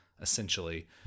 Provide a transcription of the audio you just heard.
essentially